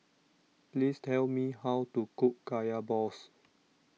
please tell me how to cook Kaya Balls